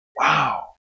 Wow